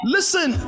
Listen